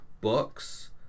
books